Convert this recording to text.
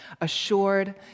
assured